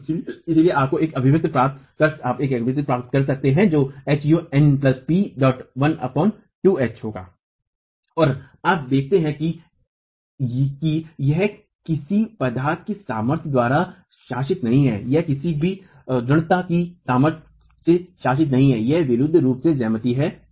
और इसलिए आप एक अभिव्यक्ति प्राप्त कर सकते हैं और आप देखते हैं कि यह किसी भी पदार्थ की सामर्थ्य द्वारा शासित नहीं है यह किसी भी प्दढ़त की सामर्थ्य से शासित नहीं है यह विशुद्ध रूप से ज्यामिति है